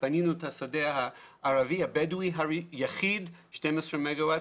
בנינו את השדה הערבי-הבדואי היחיד, 12 מגה-ואט.